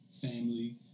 family